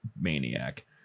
maniac